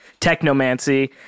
technomancy